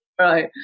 Right